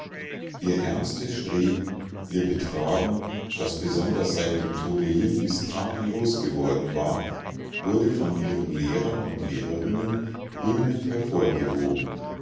ihr ernstes streben ihr betragen das besonders seit dem tode lillis tadellos geworden war wurde von ihren lehrern und lehrerinnen rühmend hervorgehoben